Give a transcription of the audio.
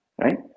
right